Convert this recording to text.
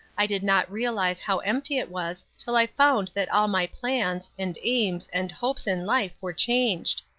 i did not realize how empty it was till i found that all my plans, and aims, and hopes in life were changed.